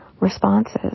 responses